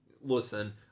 listen